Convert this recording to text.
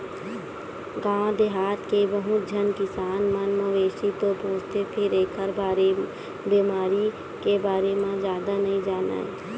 गाँव देहाथ के बहुत झन किसान मन मवेशी तो पोसथे फेर एखर बेमारी के बारे म जादा नइ जानय